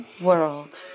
world